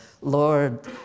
Lord